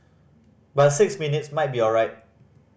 but six minutes might be alright